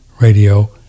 radio